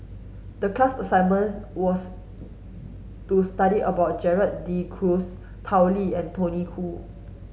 the class assignment was to study about Gerald De Cruz Tao Li and Tony Khoo